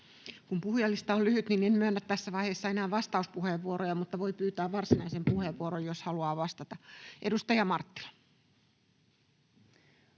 Kun puhujalista on lyhyt, en myönnä tässä vaiheessa enää vastauspuheenvuoroja, mutta voi pyytää varsinaisen puheenvuoron, jos haluaa vastata. — Edustaja Marttila.